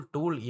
Tool